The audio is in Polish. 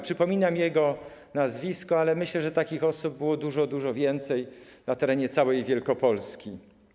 Przypominam jego nazwisko, ale myślę, że takich osób było dużo, dużo więcej na terenie całej Wielkopolski.